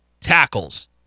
tackles